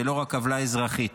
ולא רק עבירה אזרחית.